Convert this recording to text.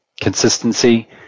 Consistency